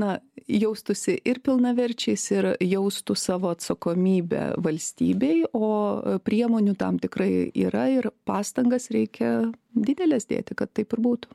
na jaustųsi ir pilnaverčiais ir jaustų savo atsakomybę valstybei o priemonių tam tikrai yra ir pastangas reikia dideles dėti kad taip ir būtų